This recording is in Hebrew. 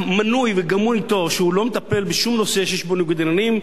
מנוי וגמור אתו שהוא לא מטפל בשום נושא שיש בו ניגוד עניינים,